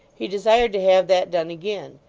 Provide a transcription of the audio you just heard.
he desired to have that done again,